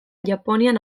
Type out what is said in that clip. japonian